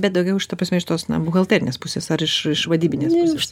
bet daugiau iš ta prasme iš tos na buhalterinės pusės ar iš iš vadybinės pusės